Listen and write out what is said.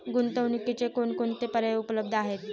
गुंतवणुकीचे कोणकोणते पर्याय उपलब्ध आहेत?